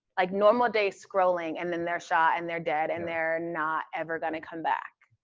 like, normal-day scrolling, and then they're shot and they're dead and they're not ever gonna come back.